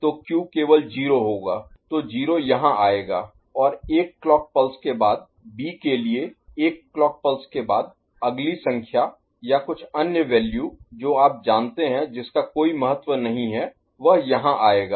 तो Q केवल 0 होगा तो 0 यहाँ आएगा और एक क्लॉक पल्स के बाद B के लिए एक क्लॉक पल्स के बाद अगली संख्या या कुछ अन्य वैल्यू जो आप जानते हैं जिसका कोई महत्व नहीं है वह यहाँ आएगा